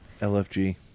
lfg